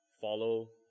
follow